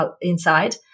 inside